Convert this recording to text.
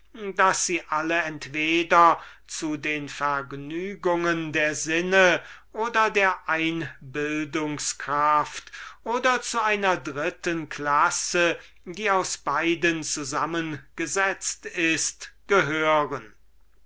daß sie alle entweder zu den vergnügungen der sinne oder der einbildungskraft oder zu einer dritten klasse die aus beiden zusammen gesetzt ist gehören